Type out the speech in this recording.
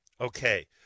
Okay